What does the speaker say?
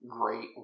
great